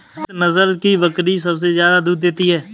किस नस्ल की बकरी सबसे ज्यादा दूध देती है?